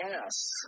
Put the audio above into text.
Yes